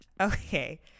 Okay